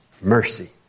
mercy